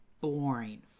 boring